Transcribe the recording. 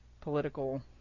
political